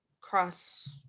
cross